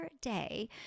day